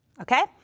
okay